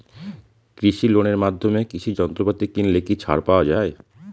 কৃষি লোনের মাধ্যমে কৃষি যন্ত্রপাতি কিনলে কি ছাড় পাওয়া যায়?